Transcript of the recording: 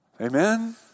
Amen